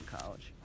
college